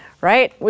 right